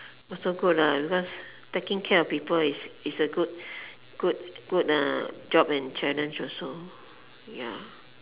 also good lah because taking care of people is is a good good uh job and challenge also ya